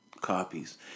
copies